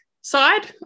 side